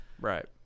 Right